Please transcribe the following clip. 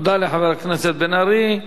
תודה לחבר הכנסת בן-ארי.